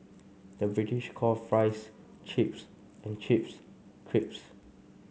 the British call fries chips and chips